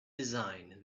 design